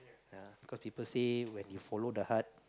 uh because people say when you follow the heart